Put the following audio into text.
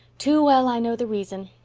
too well i know the reason.